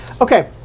Okay